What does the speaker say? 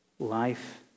Life